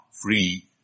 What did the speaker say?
free